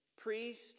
priest